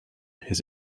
his